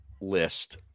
list